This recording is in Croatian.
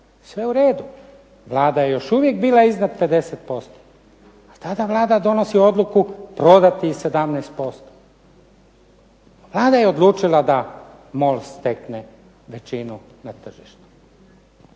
Sve u redu, Vlada je još uvijek bila iznad 50%. Tada Vlada donosi odluku prodati i 17%. Vlada je odlučila da MOL stekne većinu na tržištu.